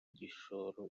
igishoro